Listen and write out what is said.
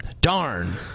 Darn